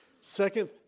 Second